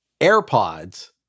AirPods